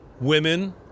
women